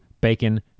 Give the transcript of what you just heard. bacon